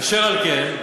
אשר על כן,